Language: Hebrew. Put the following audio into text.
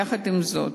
יחד עם זאת,